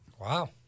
Wow